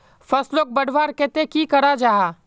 फसलोक बढ़वार केते की करा जाहा?